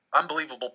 unbelievable